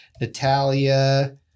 Natalia